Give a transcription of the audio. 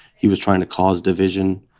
he was trying to cause division.